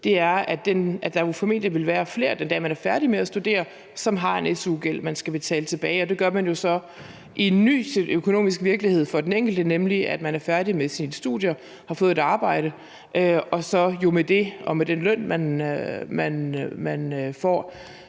med at studere, formentlig vil være flere, som har en su-gæld, man skal betale tilbage. Og det gør man jo så i en ny økonomisk virkelighed for den enkelte, nemlig hvor man er færdig med sine studier og har fået et arbejde og jo så med den løn, man får,